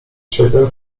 siedzę